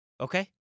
Okay